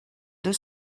deux